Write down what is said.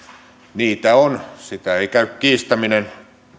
niitä on sitä ei käy kiistäminen